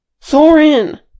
Thorin